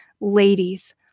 Ladies